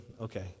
okay